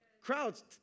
Crowds